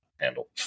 handle